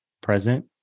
present